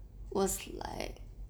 was like